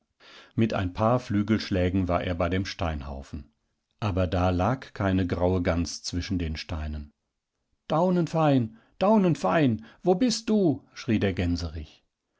mit ein paar flügelschlägen war er bei dem steinhaufen aber da lag keine graue gans zwischen den steinen daunenfein daunenfein wo bist du schriedergänserich der